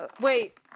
Wait